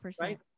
right